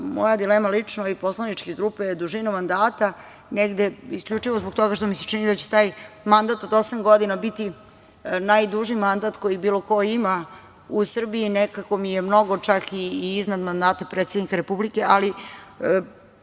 moja dilema lično i poslaničke grupe je dužina mandata, negde isključivo zbog toga što mi se čini da će taj mandat od osam godina biti najduži mandat koji bilo ko ima uz Srbiji, nekako mi je mnogo čak i iznad mandata predsednika Republike. Ali,